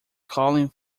calling